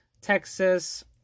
texas